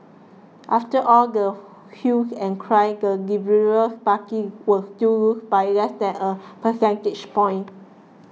after all the hue and cry the liberal party was still loss by less than a percentage point